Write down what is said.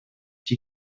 die